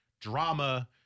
drama